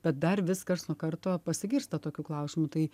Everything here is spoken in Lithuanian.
bet dar vis karts nuo karto pasigirsta tokių klausimų tai